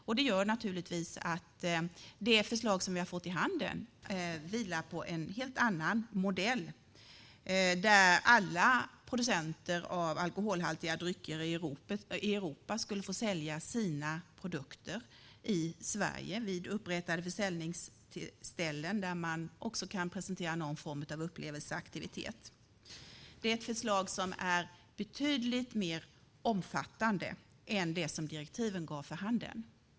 Det gör naturligtvis att det förslag som vi har fått i handen vilar på en helt annan modell, där alla producenter av alkoholhaltiga drycker i Europa skulle få sälja sina produkter i Sverige vid upprättade försäljningsställen där man också kan presentera någon form av upplevelseaktivitet. Det är ett förslag som är betydligt mer omfattande än det som direktiven gav för handen.